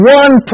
one